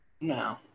No